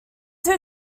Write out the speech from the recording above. two